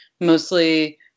mostly